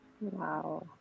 Wow